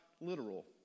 literal